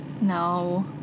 No